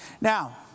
Now